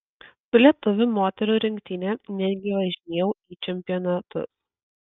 su lietuvių moterų rinktine netgi važinėjau į čempionatus